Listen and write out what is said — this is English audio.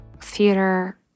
Theater